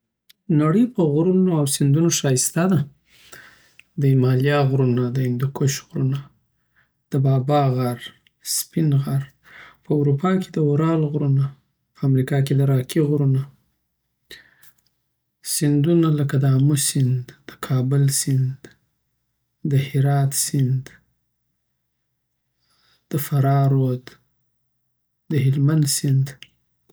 نړی په غرونو او سیندونه ښایسته ده دهمالیا غرونه دهندوکش غرونه دبابا غر سپین غر په اروپا کی د اورال غرونه په امریکا کی د راکی غرونه سیندونه لکه داموسیند، دکابل سیند، دهرات سیند، دفرا رود، دهلمند سیند